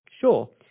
sure